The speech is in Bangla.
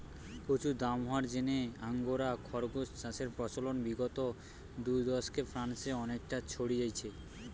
প্রচুর দাম হওয়ার জিনে আঙ্গোরা খরগোস চাষের প্রচলন বিগত দুদশকে ফ্রান্সে অনেকটা ছড়ি যাইচে